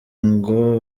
ngo